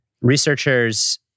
researchers